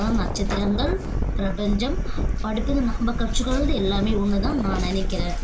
அதுதான் நட்சத்திரங்கள் பிரபஞ்சம் அடுத்தது நம்ம கற்றுக்கொள்வது எல்லாமே ஒன்றுதான் நான் நினைக்கிறேன்